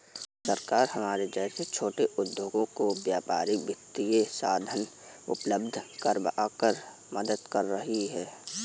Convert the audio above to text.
सरकार हमारे जैसे छोटे उद्योगों को व्यापारिक वित्तीय साधन उपल्ब्ध करवाकर मदद कर रही है